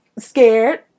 Scared